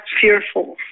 fearful